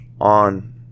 on